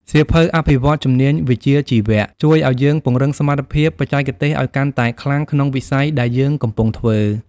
សៀវភៅអភិវឌ្ឍជំនាញវិជ្ជាជីវៈ ជួយឱ្យយើងពង្រឹងសមត្ថភាពបច្ចេកទេសឱ្យកាន់តែខ្លាំងក្នុងវិស័យដែលយើងកំពុងធ្វើ។